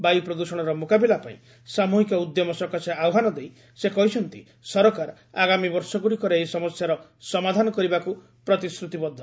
ବାୟୁ ପ୍ରଦ୍ଷଣର ମୁକାବିଲା ପାଇଁ ସାମୁହିକ ଉଦ୍ୟମ ସକାଶେ ଆହ୍ୱାନ ଦେଇ ସେ କହିଛନ୍ତି ସରକାର ଆଗାମୀ ବର୍ଷଗୁଡ଼ିକରେ ଏହି ସମସ୍ୟାର ସମାଧାନ କରିବାକୁ ପ୍ରତିଶ୍ରତିବଦ୍ଧ